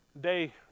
day